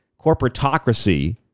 corporatocracy